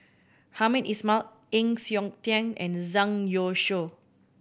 Hamed Ismail Heng Siok Tian and Zhang Youshuo